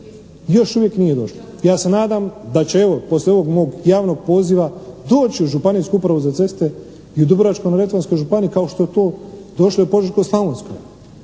još uvijek nije došla. Ja se nadam da će evo poslije ovog mog javnog poziva doći u Županijsku upravu za ceste i u Dubrovačko-Neretvanskoj županiji kao što je to došla i u Požeško-Slavonska.